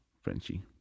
frenchie